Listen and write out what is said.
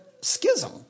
schism